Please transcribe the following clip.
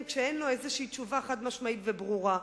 כשאין לו תשובה חד-משמעית וברורה.